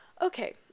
Okay